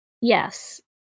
Yes